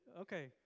Okay